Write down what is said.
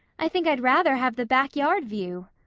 i think i'd rather have the back yard view.